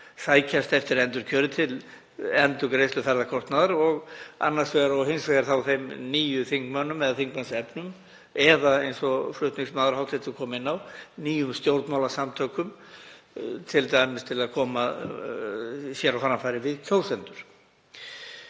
sem sækjast eftir endurkjöri, með endurgreiðslu ferðakostnaðar, og hins vegar þeim nýju þingmönnum eða þingmannsefnum eða eins og hv. flutningsmaður kom inn á, nýjum stjórnmálasamtökum t.d. til að koma sér á framfæri við kjósendur.